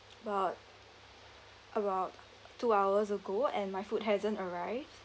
about about two hours ago and my food hasn't arrive